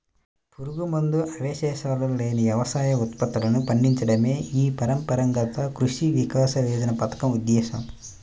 పురుగుమందు అవశేషాలు లేని వ్యవసాయ ఉత్పత్తులను పండించడమే ఈ పరంపరాగత కృషి వికాస యోజన పథకం ఉద్దేశ్యం